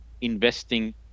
investing